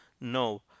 no